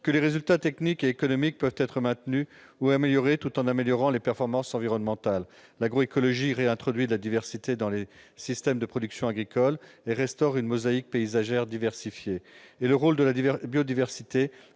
que les résultats techniques et économiques peuvent être maintenus ou progresser, tout en améliorant les performances environnementales. L'agroécologie réintroduit de la diversité dans les systèmes de production agricole et restaure une mosaïque paysagère diversifiée. Le rôle de la biodiversité